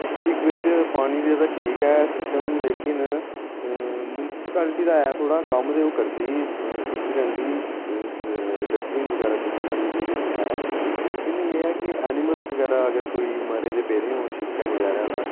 district बिच पानी दा ते ठीक ऐ सिस्टम लेकिन म्युनिसिपैलिटी दा एह् थोह्ड़ा कम्म ते ओह् करदी चुक्की लैंदी डस्टबिन बगैरा चुक्की लैंदी जे किश ऐ लेकिन एह् ऐ कि ऐनीमल बगैरा अगर कोई मरे दे पेदे होन शिड़कै बगैरा तां